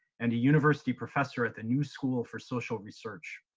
and a university professor at the new school for social research.